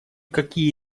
какие